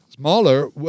smaller